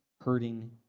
hurting